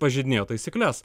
pažeidinėjo taisykles